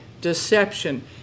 deception